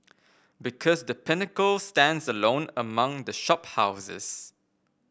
because The Pinnacle stands alone among the shop houses